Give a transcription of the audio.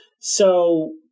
So-